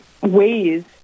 ways